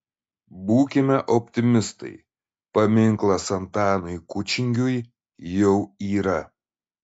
būkime optimistai paminklas antanui kučingiui jau yra